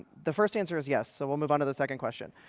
the first answer is yes, so we'll move onto the second question.